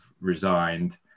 resigned